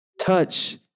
touch